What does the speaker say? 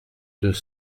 deux